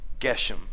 Geshem